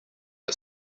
are